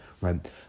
right